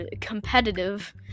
competitive